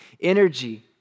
energy